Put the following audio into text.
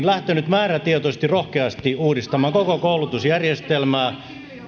lähtenyt määrätietoisesti rohkeasti uudistamaan koko koulutusjärjestelmää